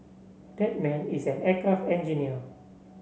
that man is an aircraft engineer